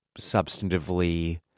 substantively